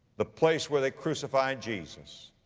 the place where they crucified jesus.